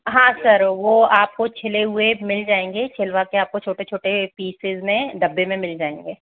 हाँ सर वह आपको छिले हुए मिल जाएंगे छीलवा कर छोटे छोटे पीसेस में डब्बे में मिल जाएंगे